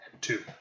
Two